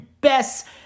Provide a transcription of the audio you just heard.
best